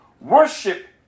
worship